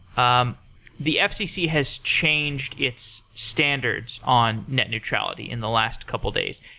um the fcc has changed its standards on net neutrality in the last couple of days.